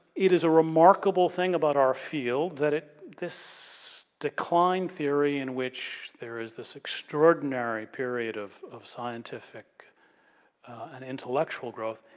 it is a remarkable thing about our field that it, this decline theory in which there is this extraordinary period of of scientific and intellectual growth,